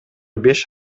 беш